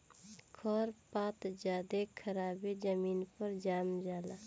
खर पात ज्यादे खराबे जमीन पर जाम जला